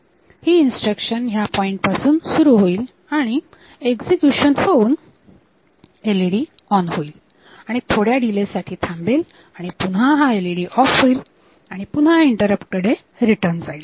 ही instruction ह्या point पासून सुरु होईल आणि एक्झिक्यूशन होऊन एलईडी ऑन होईल आणि थोड्या डीले साठी थांबेल आणि पुन्हा हा एलइ डी ऑफ होईल आणि पुन्हा इंटरप्ट कडे रिटर्न जाईल